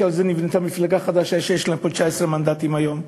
שעל זה נבנתה מפלגה חדשה שיש להם פה 19 מנדטים היום.